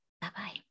Bye-bye